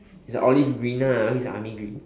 it's a olive greener this army green